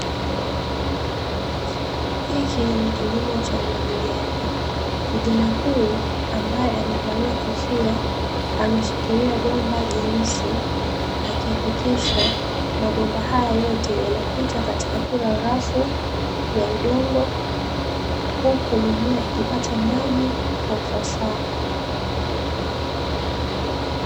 Hiki ni kilimo cha umwagiliaji. Kijana huyu ambaye amevalia kofia ameshikilia, bomba jeusi, akihakikisha mabomba hayo yote yanapita katika kila rafu ya udongo, huku mimea ikipata maji kwa ufasaha.